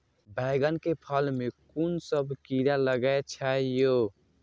बैंगन के फल में कुन सब कीरा लगै छै यो?